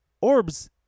Orbs